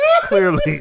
clearly